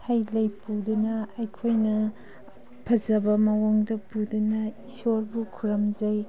ꯍꯩ ꯂꯩ ꯄꯨꯗꯨꯅ ꯑꯩꯈꯣꯏꯅ ꯐꯖꯕ ꯃꯑꯣꯡꯗ ꯄꯨꯗꯨꯅ ꯏꯁꯣꯔꯕꯨ ꯈꯨꯔꯨꯝꯖꯩ